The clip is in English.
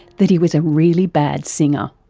that he was a really bad singer.